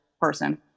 person